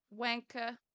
wanker